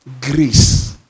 grace